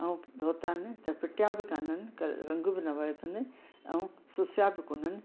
ऐं धोतनि त फिटिया बि कोन्हनि रंग बि न वियो अथनि ऐं सुसिया बि कोन्हनि